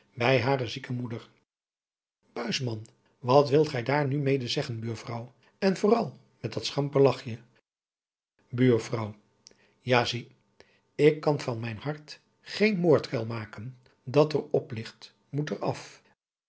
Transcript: bij hare zieke moeder buisman wat wilt gij daar nu mede zeggen buurvrouw en vooral met dat schamper lachje buurvrouw ja zie ik kan van mijn hart geen moordkuil maken dat er op ligt moet er af